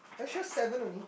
are you sure seven only